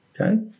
Okay